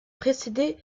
précédée